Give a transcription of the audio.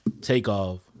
Takeoff